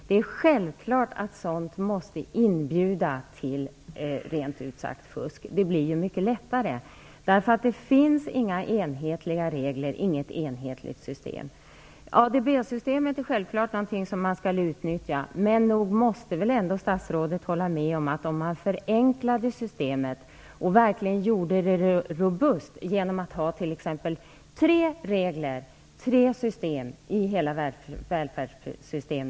Det är självklart att ett sådant system måste inbjuda till rent ut sagt fusk. Det blir ju mycket lättare att fuska, därför att det inte finns några enhetliga regler, inget enhetligt system. ADB-systemet är självfallet något som man skall utnyttja. Men nog måste väl ändå statsrådet hålla med om att det skulle vara enklare om man förenklade ersättningssystemet och verkligen gjorde det robust genom att införa t.ex. tre regler och tre system.